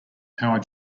power